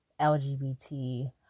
lgbt